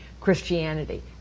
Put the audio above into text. Christianity